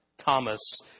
Thomas